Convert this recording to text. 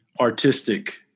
artistic